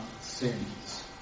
sins